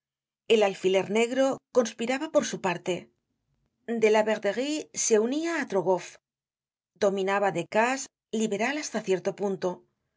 el alfiler negro conspiraba por su parte delaverderie se unia á trogoff dominaba decazes liberal hasta cierto punto